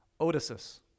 Odysseus